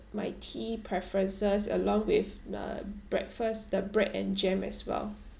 my tea preferences along with the breakfast the bread and jam as well